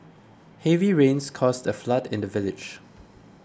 heavy rains caused a flood in the village